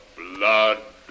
blood